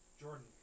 Jordan